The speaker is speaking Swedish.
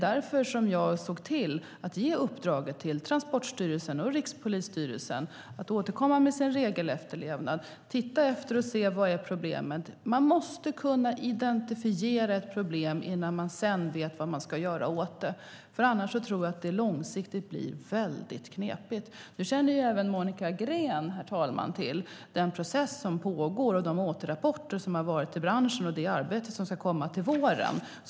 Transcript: Därför såg jag till att ge Transportstyrelsen och Rikspolisstyrelsen uppdraget att återkomma med redovisning om regelefterlevnad, att se vad som är problemet. Man måste kunna identifiera ett problem innan man vet vad man ska göra åt det. Annars tror jag att det långsiktigt blir väldigt knepigt. Nu känner även Monica Green till, herr talman, den process som pågår, de återrapporter som finns från branschen och det arbete som ska komma till våren.